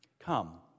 Come